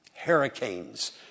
hurricanes